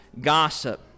gossip